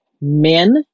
men